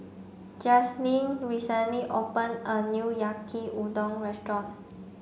Justyn recently open a new Yaki Udon restaurant